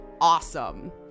awesome